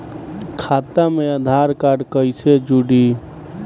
खाता मे आधार कार्ड कईसे जुड़ि?